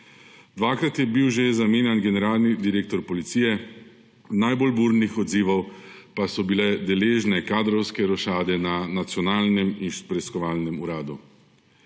Dvakrat je bil že zamenjan generalni direktor Policije, najbolj burnih odzivov pa so bile deležne kadrovske rošade na Nacionalnem preiskovalnem uradu.